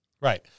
right